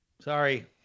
Sorry